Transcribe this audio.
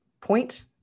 point